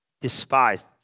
despised